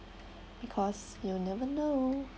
because you'll never know